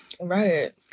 Right